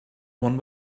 one